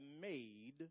made